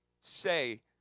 say